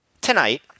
Tonight